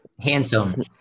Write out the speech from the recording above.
handsome